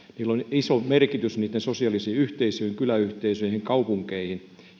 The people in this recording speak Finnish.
iso merkitys sosiaalisiin yhteisöihin kyläyhteisöihin kaupunkeihin